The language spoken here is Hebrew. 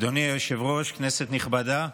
אדוני היושב-ראש, כנסת נכבדה,